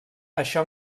això